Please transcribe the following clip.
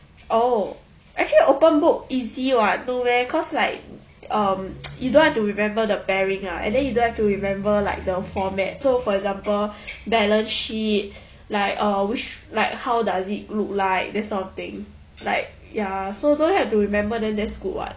oh actually open book easy [what] no meh cause like um you don't have to remember the bearing ah and then you don't have to remember like the format so for example balance sheet like err which like how does it look like that sort of thing like ya so don't have to remember then that's good [what]